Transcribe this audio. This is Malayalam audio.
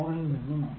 4 ൽ നിന്നും ആണ്